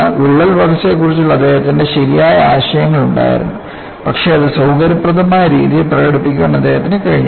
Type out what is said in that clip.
വിള്ളൽ വളർച്ചയെക്കുറിച്ച് അദ്ദേഹത്തിന് ശരിയായ ആശയങ്ങൾ ഉണ്ടായിരുന്നു പക്ഷേ അത് സൌകര്യപ്രദമായ രീതിയിൽ പ്രകടിപ്പിക്കാൻ അദ്ദേഹത്തിന് കഴിഞ്ഞില്ല